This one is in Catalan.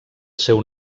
seu